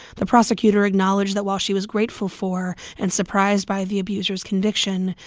the prosecutor acknowledged that while she was grateful for and surprised by the abuser's conviction,